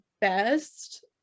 best